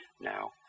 now